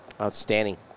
Outstanding